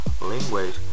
language